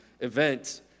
event